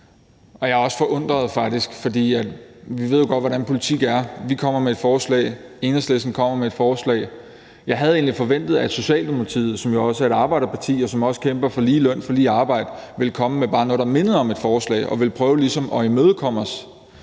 faktisk også forundret. Vi ved jo godt, hvordan politik er: Vi kommer med et forslag. Enhedslisten kommer med et forslag. Jeg havde egentlig forventet, at Socialdemokratiet, som jo også er et arbejderparti, og som også kæmper for lige løn for lige arbejde, ville komme med noget, der bare mindede om et forslag, og ville prøve at imødekomme os.